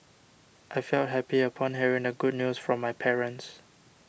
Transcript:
I felt happy upon hearing the good news from my parents